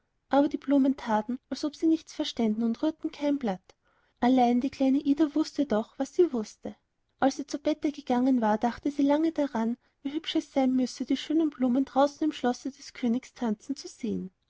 aber die blumen thaten als ob sie nichts verständen und rührten kein blatt allein die kleine ida wußte doch was sie wußte als sie zu bette gegangen war dachte sie lange daran wie hübsch es sein müsse die schönen blumen draußen im schlosse des königs tanzen zu sehen